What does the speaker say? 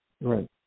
Right